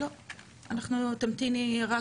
לא, תמתיני רק